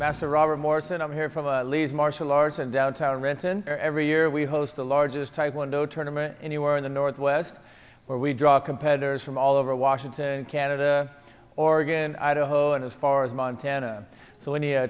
master robert morris and i'm here from leeds martial arts and downtown renton every year we host the largest taekwondo tournament anywhere in the northwest where we draw competitors from all over washington canada oregon idaho and as far as montana so any